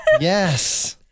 Yes